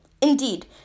Indeed